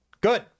good